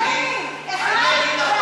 שני בנים.